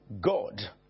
God